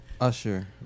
Usher